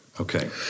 Okay